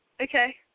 Okay